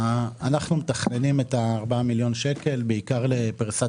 אנחנו מתכננים את ה-4 מיליון שקלים בעיקר לפריסת